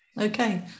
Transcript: okay